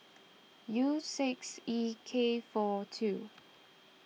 U six E K four two